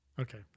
Okay